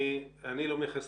אני לא מייחס